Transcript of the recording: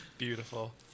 Beautiful